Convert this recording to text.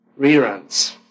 reruns